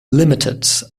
limited